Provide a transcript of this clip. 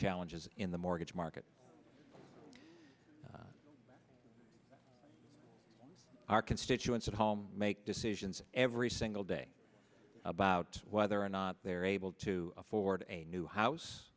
challenges in the mortgage market our constituents at home make decisions every single day about whether or not they're able to afford a new house